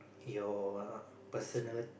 your err personal